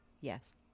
Yes